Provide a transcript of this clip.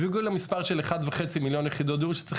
והגיעו למספר של 1.5 מיליון יחידות דיור שצריך